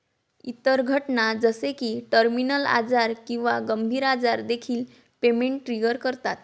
इतर घटना जसे की टर्मिनल आजार किंवा गंभीर आजार देखील पेमेंट ट्रिगर करतात